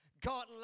God